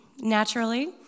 naturally